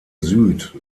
süd